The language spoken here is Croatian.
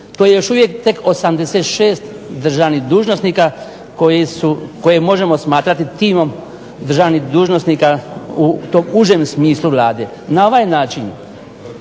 to je još uvijek tek 86 državnih dužnosnika koje možemo smatrati timom državnih dužnosnika u užem smislu Vlade. Na ovaj način